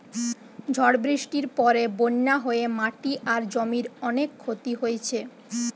ঝড় বৃষ্টির পরে বন্যা হয়ে মাটি আর জমির অনেক ক্ষতি হইছে